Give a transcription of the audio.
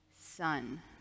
son